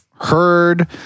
heard